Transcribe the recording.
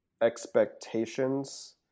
expectations